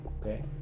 okay